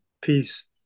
peace